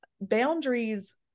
boundaries